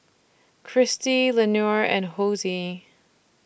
Christi Leonor and Hosie